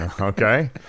Okay